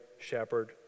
shepherd